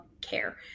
care